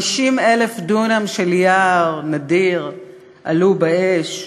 50,000 דונם של יער נדיר עלו באש,